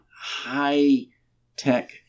high-tech